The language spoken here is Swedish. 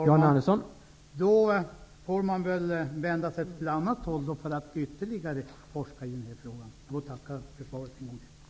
Herr talman! Då får jag väl vända mig åt ett annat håll för att forska ytterligare i frågan. Jag tackar än en gång för svaret.